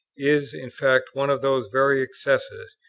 is, in fact, one of those very excesses,